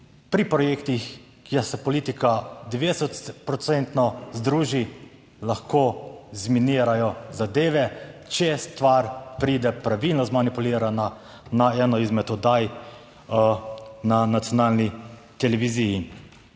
pri projektih, kjer se politika 90 procentno združi, lahko zminirajo zadeve, če stvar pride pravilno zmanipulirana na eno izmed oddaj na nacionalni televiziji.